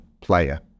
player